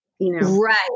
Right